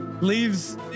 leaves